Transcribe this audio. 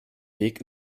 weg